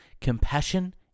Compassion